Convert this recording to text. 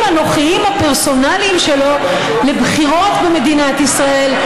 האנוכיים הפרסונליים שלו לבחירות במדינת ישראל,